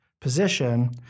position